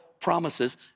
promises